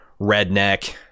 redneck